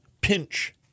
pinch